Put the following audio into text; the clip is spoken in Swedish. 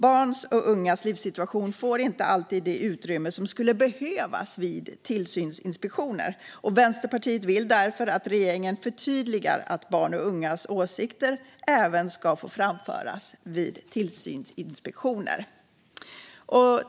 Barns och ungas livssituation får inte alltid det utrymme som skulle behövas vid tillsynsinspektioner. Vänsterpartiet vill därför att regeringen förtydligar att barns och ungas åsikter även ska få framföras vid tillsynsinspektioner.